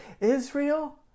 Israel